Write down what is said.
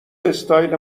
استایل